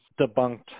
debunked